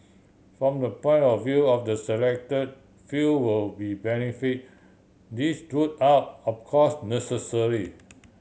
from the point of view of the select few who would benefit these route are of course necessary